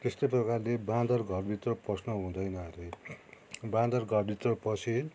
त्यस्तै प्रकारले बाँदर घरभित्र पस्नु हुँदैन अरे बाँदर घरभित्र पसे